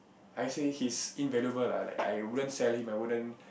I say he's invaluable lah like I wouldn't sell him I wouldn't